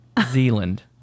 Zealand